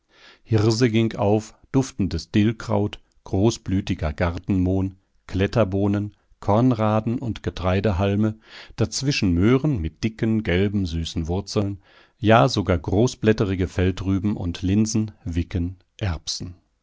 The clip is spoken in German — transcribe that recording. hirse ging auf duftendes dillkraut großblütiger gartenmohn kletterbohnen kornraden und getreidehalme dazwischen möhren mit dicken gelben süßen wurzeln ja sogar großblätterige feldrüben und linsen wicken erbsen